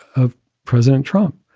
of president trump.